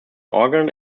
organ